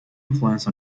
influence